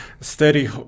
steady